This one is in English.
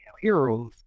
heroes